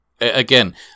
again